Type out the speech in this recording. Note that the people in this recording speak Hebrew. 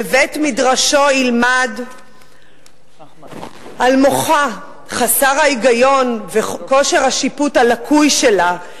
בבית-מדרשו ילמד על מוחה חסר ההיגיון וכושר השיפוט הלקוי שלה,